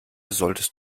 solltest